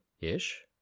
Ish